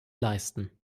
leisten